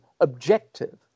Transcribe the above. objective